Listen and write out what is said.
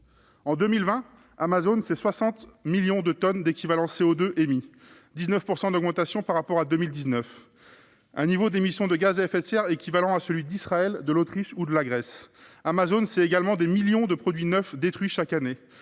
En 2020, Amazon c'est 60,64 millions de tonnes d'équivalent CO2 émis, soit une augmentation de 19 % par rapport à 2019. Ce niveau d'émissions de gaz à effet de serre est équivalent à celui d'Israël, de l'Autriche ou de la Grèce. Amazon, c'est également des millions de produits neufs détruits chaque année